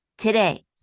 Today